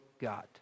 God